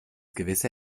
gewisse